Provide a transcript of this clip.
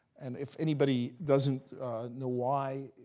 and if anybody doesn't know why,